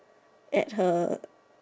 at her